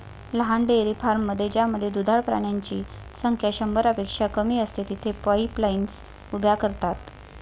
लहान डेअरी फार्ममध्ये ज्यामध्ये दुधाळ प्राण्यांची संख्या शंभरपेक्षा कमी असते, तेथे पाईपलाईन्स उभ्या करतात